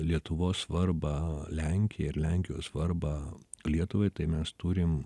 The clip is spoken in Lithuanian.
lietuvos svarbą lenkijai ir lenkijos svarbą lietuvai tai mes turim